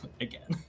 again